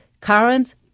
current